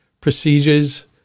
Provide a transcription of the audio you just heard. procedures